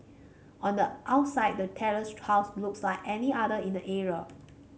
on the outside the terraced house looks like any other in the area